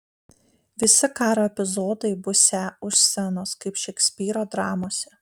visi karo epizodai būsią už scenos kaip šekspyro dramose